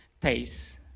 taste